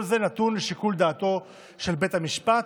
כל זה נתון לשיקול דעתו של בית המשפט.